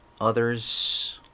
others